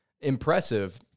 impressive